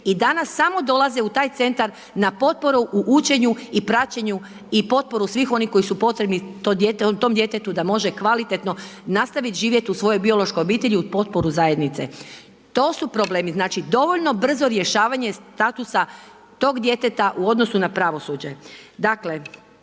i danas samo dolaze u taj Centar na potporu u učenju i praćenju i potporu svih onih koji su potrebni tom djetetu da može kvalitetno nastaviti živjeti u svojoj biološkoj obitelji uz potporu zajednice. To su problemi. Znači, dovoljno brzo rješavanje statusa toga djeteta u odnosu na pravosuđe.